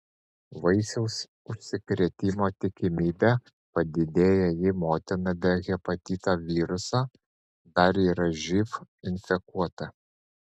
vaisiaus užsikrėtimo tikimybė padidėja jei motina be hepatito viruso dar yra živ infekuota